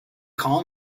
call